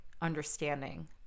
understanding